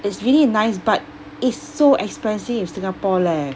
it's really nice but it's so expensive in singapore leh